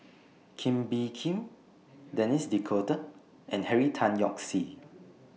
Kee Bee Khim Denis D'Cotta and Henry Tan Yoke See